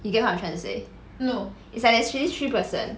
you get what you trying to say it's like there's three person